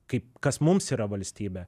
kaip kas mums yra valstybė